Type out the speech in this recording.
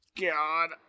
God